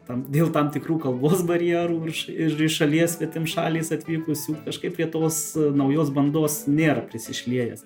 tam dėl tam tikrų kalbos barjerų ir iš šalies svetimšaliais atvykusių kažkaip prie tos naujos bandos nėra prisišliejęs